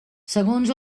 segons